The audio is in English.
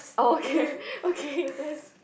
orh okay okay that's